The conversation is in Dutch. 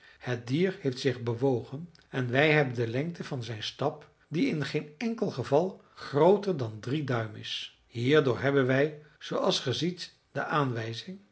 het dier heeft zich bewogen en wij hebben de lengte van zijn stap die in geen enkel geval grooter dan drie duim is hierdoor hebben wij zooals ge ziet de aanwijzing